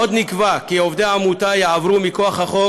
עוד נקבע כי עובדי העמותה יעברו מכוח החוק